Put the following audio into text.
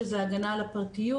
שזה הגנה על הפרטיות.